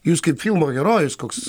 jūs kaip filmo herojus koks